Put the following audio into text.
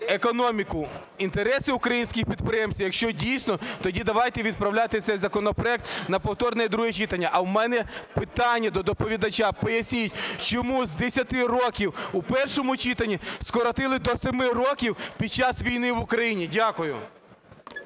економіку, інтереси українських підприємців? Якщо дійсно, то давайте відправляти цей законопроект на повторне друге читання. А в мене питання до доповідача. Поясніть, чому з 10 років у першому читанні скоротили до 7 років під час війни в Україні? Дякую.